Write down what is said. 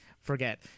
forget